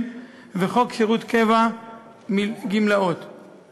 וחוק שירות הקבע בצבא הגנה לישראל (גמלאות).